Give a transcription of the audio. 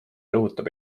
rõhutab